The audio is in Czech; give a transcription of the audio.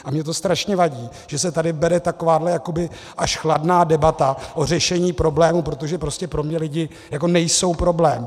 A mně to strašně vadí, že se tady vede takováhle jakoby až chladná debata o řešení problému, protože prostě pro mě lidi jako nejsou problém.